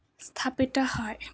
স্থাপিত হয়